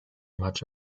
much